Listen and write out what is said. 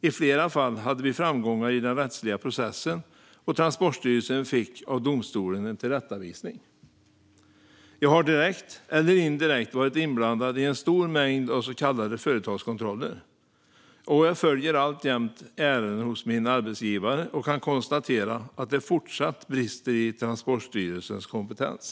I flera fall hade vi framgångar i den rättsliga processen, och Transportstyrelsen fick av domstolen en tillrättavisning. Jag har direkt eller indirekt varit inblandad i en stor mängd så kallade företagskontroller. Jag följer alltjämt ärenden hos min arbetsgivare och kan konstatera att det fortsatt finns brister i Transportstyrelsens kompetens.